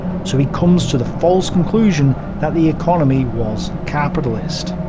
so he comes to the false conclusion that the economy was capitalist.